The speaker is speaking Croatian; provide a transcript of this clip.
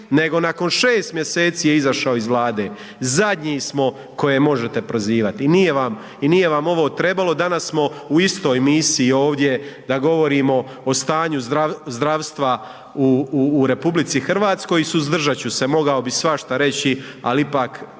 nego nakon 6 mjeseci je izašao iz Vlade. Zadnji smo koje možete prozivati i nije vam ovo trebalo, danas smo u istoj misiji ovdje da govorimo o stanju zdravstva u RH i suzdržati ću se, mogao bih svašta reći ali ipak